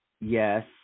yes